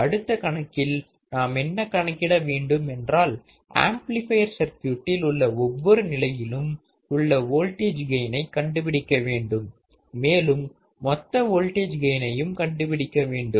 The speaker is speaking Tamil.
அடுத்த கணக்கில் நாமென்ன கணக்கிட வேண்டும் என்றால் ஆம்ப்ளிபையர் சர்க்யூட்டில் உள்ள ஒவ்வொரு நிலையிலும் உள்ள வோல்டேஜ் கெயினை கண்டுபிடிக்க வேண்டும் மேலும் மொத்த வோல்டேஜ் கெயினையும் கண்டுபிடிக்க வேண்டும்